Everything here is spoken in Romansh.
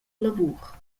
lavur